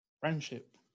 Friendship